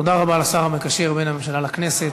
תודה רבה לשר המקשר בין הממשלה לכנסת.